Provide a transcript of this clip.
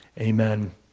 Amen